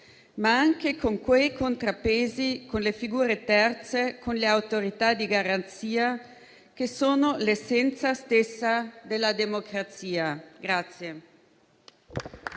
ma anche con quei contrappesi, con le figure terze, con le autorità di garanzia, che sono l'essenza stessa della democrazia.